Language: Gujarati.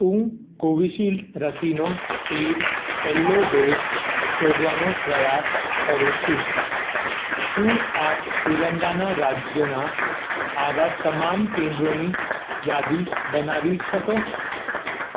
હું કોવિશીલ્ડ રસીનો પેઈડ પહેલો ડોઝ શોધવાનો પ્રયાસ કરું છું શું આપ તેલંગાના રાજ્યનાં આવાં તમામ કેન્દ્રોની યાદી બનાવી શકો